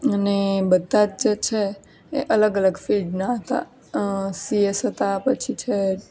અને બધા જ જે છે એ અલગ અલગ ફિલ્ડના હતા સીએસ હતા પછી છે